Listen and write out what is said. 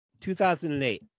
2008